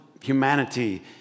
humanity